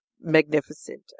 magnificent